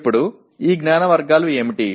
இப்போது இந்த அறிவு வகைகள் யாவை